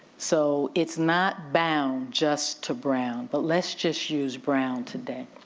so it's not bound just to brown, but let's just use brown today.